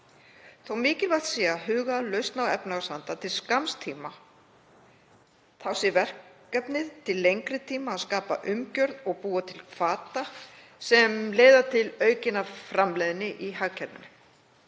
Þó mikilvægt sé að huga að lausn á efnahagsvanda til skamms tíma þá sé verkefnið til lengri tíma að skapa umgjörð og búa til hvata sem leiða til aukinnar framleiðni í hagkerfinu.